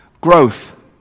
growth